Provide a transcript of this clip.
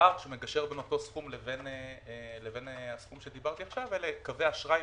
הפער שמגשר בין אותו סכום לבין הסכום שדיברתי עכשיו אלה קווי אשראי